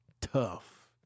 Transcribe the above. Tough